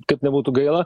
kaip nebūtų gaila